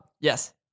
Yes